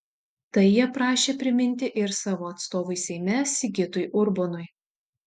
tai jie prašė priminti ir savo atstovui seime sigitui urbonui